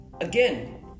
again